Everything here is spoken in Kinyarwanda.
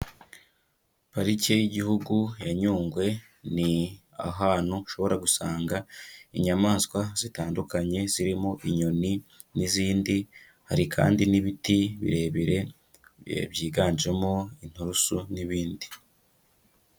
Parike y'Igihugu ya Nyungwe, ni ahantu ushobora gusanga inyamaswa zitandukanye, zirimo inyoni, n'izindi, hari kandi n'ibiti birebire byiganjemo inturusu, n'ibindi.